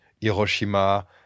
Hiroshima